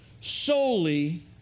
solely